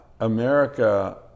America